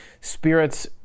Spirits